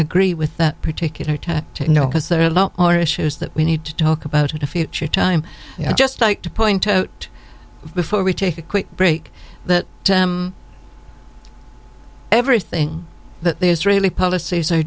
agree with that particular tactic no because there are a lot more issues that we need to talk about and a future time just like to point out before we take a quick break that everything that they israeli policies are